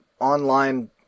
online